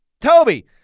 Toby